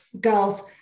girls